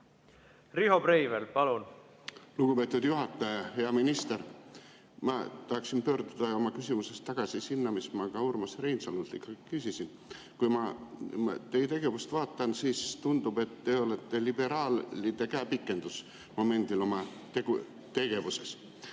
Riho Breivel, palun! Lugupeetud juhataja! Hea minister! Ma tahaksin pöörduda oma küsimuses tagasi selle juurde, mida ma ka Urmas Reinsalult küsisin. Kui ma teie tegevust vaatan, siis tundub, et te olete momendil liberaalide käepikendus oma tegevuses.